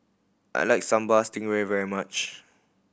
I like Sambal Stingray very much